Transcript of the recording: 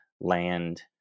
land